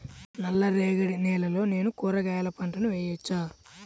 నల్ల రేగడి నేలలో నేను కూరగాయల పంటను వేయచ్చా?